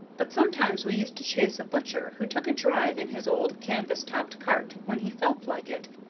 but sometimes we used to chase a butcher who took a drive in his old canvas-topped cart when he felt like it,